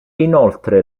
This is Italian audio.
inoltre